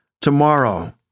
tomorrow